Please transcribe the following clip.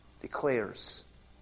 declares